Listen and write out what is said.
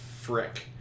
Frick